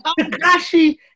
Takashi